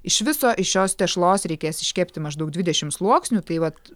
iš viso iš šios tešlos reikės iškepti maždaug dvidešimt sluoksnių tai vat